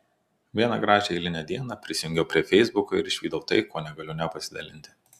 vieną gražią eilinę dieną prisijungiau prie feisbuko ir išvydau tai kuo negaliu nepasidalinti